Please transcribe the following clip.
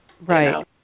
Right